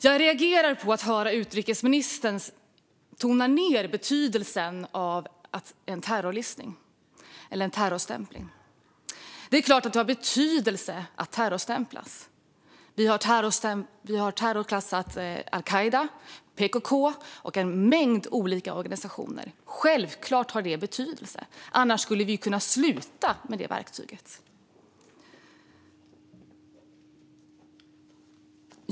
Jag reagerar på att höra utrikesministern tona ned betydelsen av en terrorlistning, eller en terrorstämpling. Det är klart att det har betydelse att terrorstämpla. Vi har terrorklassat al-Qaida, PKK och en mängd olika organisationer. Självklart har det betydelse, annars skulle vi kunna sluta med detta verktyg.